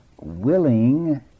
willing